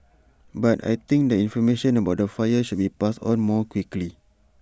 but I think the information about the fire should be passed on more quickly